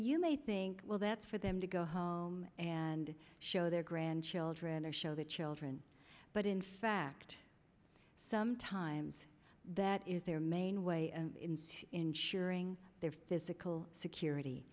you may think well that's for them to go home and show their grandchildren or show their children but in fact sometimes that is their main way and ensuring their physical security